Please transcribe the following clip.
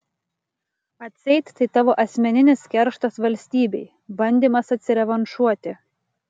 atseit tai tavo asmeninis kerštas valstybei bandymas atsirevanšuoti